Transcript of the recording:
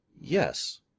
yes